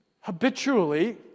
habitually